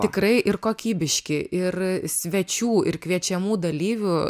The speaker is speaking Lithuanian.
tikrai ir kokybiški ir svečių ir kviečiamų dalyvių